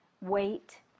wait